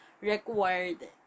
required